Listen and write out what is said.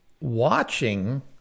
watching